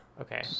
okay